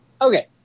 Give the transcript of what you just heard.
Okay